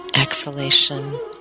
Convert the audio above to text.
exhalation